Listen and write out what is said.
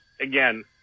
again